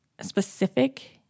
specific